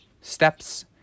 steps